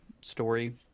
story